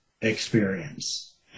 experience